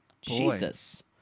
Jesus